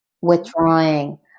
withdrawing